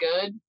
good